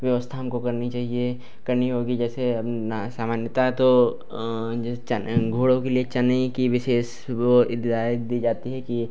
व्यवस्था हमको करनी चाहिए करनी होगी जैसे हम न समान्यतः तो जैसे घोड़ों के लिए चने की विशेष वह डाइट दी जाती है कि